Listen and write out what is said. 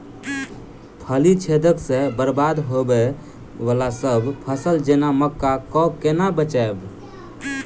फली छेदक सँ बरबाद होबय वलासभ फसल जेना मक्का कऽ केना बचयब?